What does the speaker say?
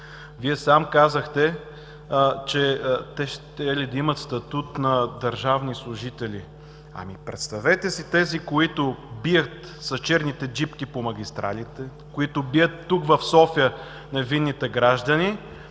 Вие сам казахте, че те щели да имат статут на държавни служители. Ами представете си тези, които бият с черните джипки по магистралите, които бият тук в София невинните граждани.